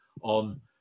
on